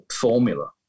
formula